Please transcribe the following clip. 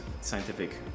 scientific